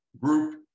group